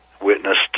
witnessed